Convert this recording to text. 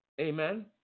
amen